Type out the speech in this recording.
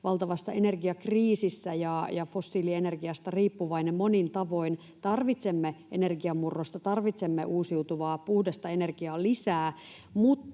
valtavassa energiakriisissä ja fossiilienergiasta riippuvainen monin tavoin. Tarvitsemme energiamurrosta, tarvitsemme uusiutuvaa puhdasta energiaa lisää,